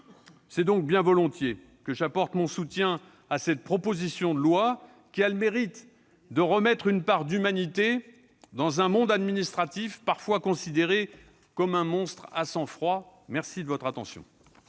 c'est bien volontiers que j'apporte mon soutien à cette proposition de loi, qui a le mérite de remettre une part d'humanité dans un monde administratif parfois considéré comme un monstre à sang froid. Excellent